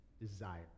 desire